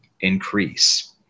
increase